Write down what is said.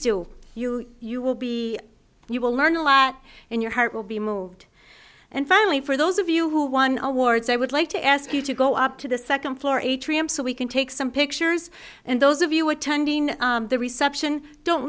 do you you will be you will learn a lot and your heart will be moved and finally for those of you who won awards i would like to ask you to go up to the second floor atrium so we can take some pictures and those of you attending the reception don't